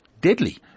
deadly